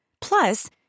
Plus